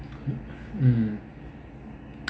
mm